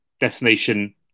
destination